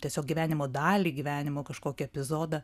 tiesiog gyvenimo dalį gyvenimo kažkokį epizodą